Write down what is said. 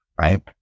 right